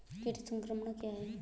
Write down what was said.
कीट संक्रमण क्या है?